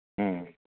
ꯎꯝ